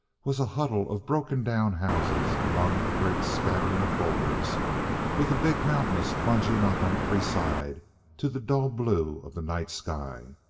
was a huddle of broken-down houses among a great scattering of boulders with the big mountains plunging up on every side to the dull blue of the night sky.